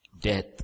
Death